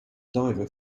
diver